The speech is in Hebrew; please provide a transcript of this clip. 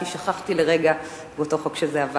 כי שכחתי לרגע לומר זאת כשזה עבר.